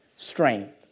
strength